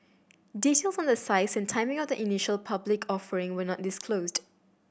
details on the size and timing of the initial public offering were not disclosed